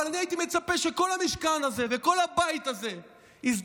אבל אני הייתי מצפה שכל המשכן הזה וכל הבית הזה יזדעזע,